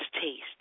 taste